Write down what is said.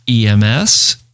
EMS